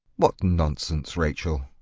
what nonsense, rachel!